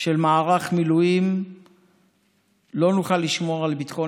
של מערך מילואים לא נוכל לשמור על ביטחון